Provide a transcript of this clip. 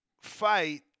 fight